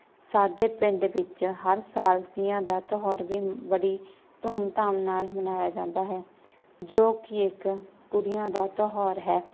ਸਾਡੇ ਪਿੰਡ ਵਿੱਚ ਹਰ ਸਾਲ ਤੀਆਂ ਦਾ ਤਿਉਹਾਰ ਵੀ ਬੜੀ ਧੂਮ ਧਾਮ ਨਾਲ ਮਨਾਇਆ ਜਾਂਦਾ ਹੈ ਜੋ ਕਿ ਇੱਕ ਕੁੜੀਆਂ ਦਾ ਤਿਉਹਾਰ ਹੈ